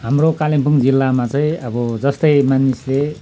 हाम्रो कालिम्पोङ जिल्लामा चाहिँ अब जस्तै मानिसले